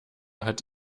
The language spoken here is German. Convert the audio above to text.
hat